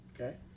Okay